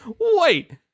Wait